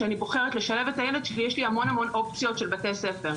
ברגע שאני בוחרת לשלב את הילד שלי יש לי המון המון אופציות של בתי ספר.